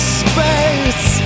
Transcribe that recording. space